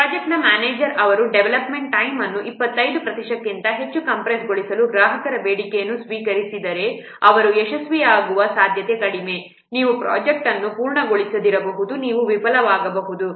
project manager ಅವರು development time ಅನ್ನು 25 ಪ್ರತಿಶತಕ್ಕಿಂತ ಹೆಚ್ಚು ಕಂಪ್ರೇಸ್ಗೊಳಿಸಲು ಗ್ರಾಹಕರ ಬೇಡಿಕೆಯನ್ನು ಸ್ವೀಕರಿಸಿದರೆ ಅವರು ಯಶಸ್ವಿಯಾಗುವ ಸಾಧ್ಯತೆ ಕಡಿಮೆ ನೀವು ಪ್ರೊಜೆಕ್ಟ್ ಅನ್ನು ಪೂರ್ಣಗೊಳಿಸದಿರಬಹುದು ನೀವು ವಿಫಲವಾಗಬಹುದು